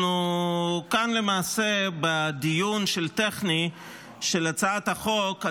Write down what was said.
אנחנו כאן בדיון טכני של הצעת החוק,